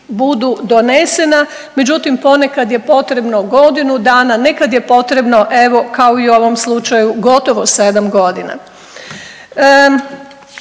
budu donesena, međutim ponekad je potrebno godinu dana, nekad je potrebno evo kao i u ovom slučaju gotovo 7 godina.